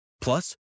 Plus